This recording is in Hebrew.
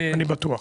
אני בטוח.